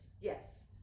Yes